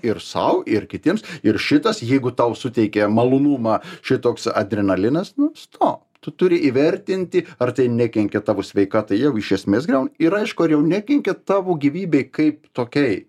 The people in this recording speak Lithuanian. ir sau ir kitiems ir šitas jeigu tau suteikia malonumą šitoks adrenalinas nustok tu turi įvertinti ar tai nekenkia tavo sveikatai jau iš esmės gal ir aišku ar jau nekenkia tavo gyvybei kaip tokiai